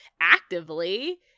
actively